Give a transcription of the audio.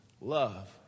love